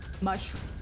Mushroom